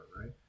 right